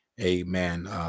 amen